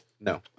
No